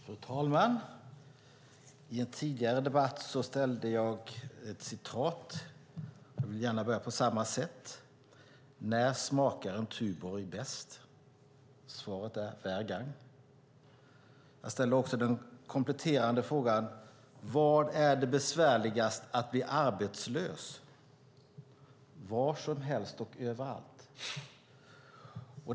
Fru talman! I en tidigare debatt framförde jag ett citat. Jag vill gärna börja på samma sätt: Hvornaar smager en Tuborg bedst? Svaret är: Hvergang! Jag ställde också den kompletterande frågan: Var är det besvärligast att bli arbetslös? Var som helst och överallt!